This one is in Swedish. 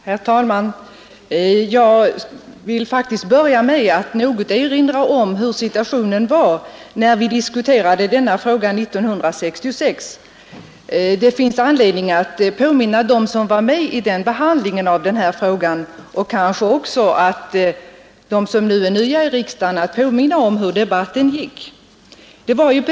Herr talman! Jag vill börja med att något erinra om hur situationen var när vi 1966 diskuterade frågan om affärstiderna. Det finns anledning att påminna dem som själva var med vid behandlingen av den här frågan och kanske även att informera dem som är nya här i riksdagen om hur debatten då gick.